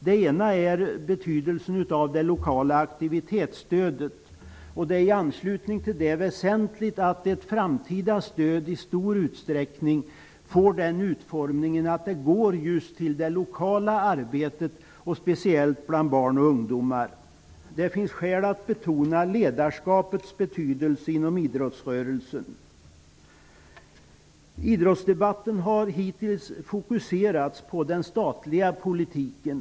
Det gäller betydelsen av det lokala aktivitetsstödet. I anslutning till det är det väsentligt att det framtida stödet i stor utsträckning får en sådan utformning att det just går till det lokala arbetet, särskilt bland barn och ungdomar. Det finns också skäl att betona ledarskapets betydelse inom idrottsrörelsen. Idrottsdebatten har hittills fokuserats på den statliga politiken.